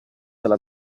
della